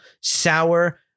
Sour